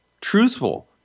truthful